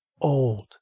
old